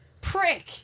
prick